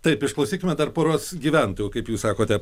taip išklausykime dar poros gyventojų kaip jus sakote